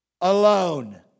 alone